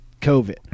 COVID